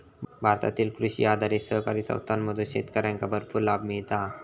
भारतातील कृषी आधारित सहकारी संस्थांमधून शेतकऱ्यांका भरपूर लाभ मिळता हा